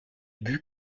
buts